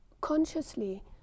consciously